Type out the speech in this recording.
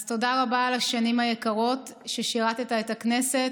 אז תודה רבה על השנים היקרות ששירת את הכנסת.